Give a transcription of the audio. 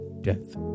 death